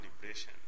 liberation